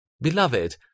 Beloved